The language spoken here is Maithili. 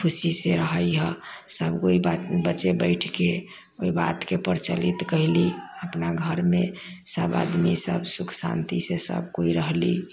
खुशीसँ रहैए सबकोइ बच्चे बैठके ओइ बातके प्रचलित कैली अपना घरमे सब आदमी सुख सब शान्तिसँ सबकोइ रहली